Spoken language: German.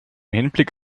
hinblick